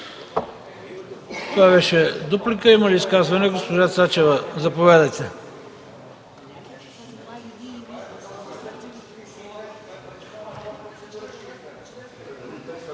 Това беше дуплика. Има ли изказвания? Госпожо Цачева, заповядайте.